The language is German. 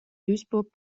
duisburg